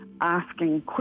asking